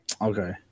Okay